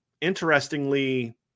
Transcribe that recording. interestingly